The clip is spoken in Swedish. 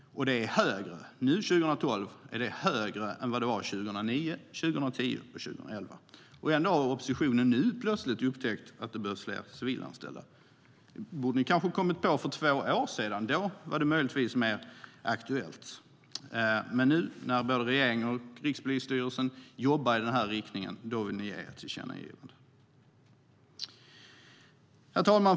Nu, 2012, är andelen större än den var 2009, 2010 och 2011. Ändå har oppositionen nu plötsligt upptäckt att det behövs fler civilanställda. Det borde ni kanske ha kommit på för två år sedan. Då var det möjligtvis mer aktuellt. Men nu när både regeringen och Rikspolisstyrelsen jobbar i den här riktningen vill ni ge ert tillkännagivande. Herr talman!